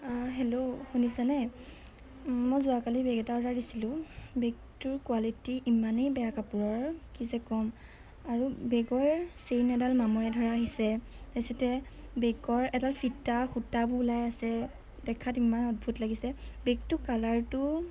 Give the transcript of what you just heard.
hello শুনিছেনে মই যোৱাকালি বেগ এটা অৰ্ডাৰ দিছিলোঁ বেগটোৰ কোৱালিটি ইমানেই বেয়া কাপোৰৰ কি যে ক'ম আৰু বেগৰ চেইন এডাল মামৰে ধৰা আহিছে তাৰপিছতে বেগৰ এডাল ফিটা সূতাবোৰ ওলাই আছে দেখাত ইমান অদ্ভুত লাগিছে বেগটো কালাৰটো